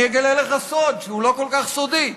אני אגלה אלך סוד שהוא לא כל כך סודי: